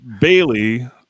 Bailey